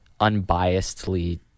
unbiasedly